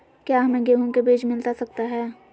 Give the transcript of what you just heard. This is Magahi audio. क्या हमे गेंहू के बीज मिलता सकता है?